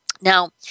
Now